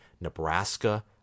Nebraska